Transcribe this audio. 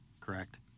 correct